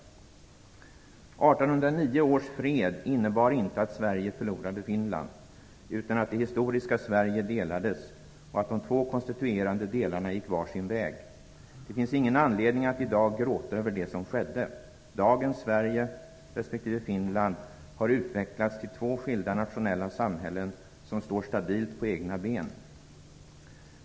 1809 års fred innebar inte att Sverige förlorade Finland, utan att det historiska Sverige delades och att de två konstituerande delarna gick varsin väg. Det finns ingen anledning att i dag gråta över det som skedde. Dagens Sverige respektive Finland har utvecklats till två skilda nationella samhällen, som står stabilt på egna ben.